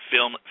Film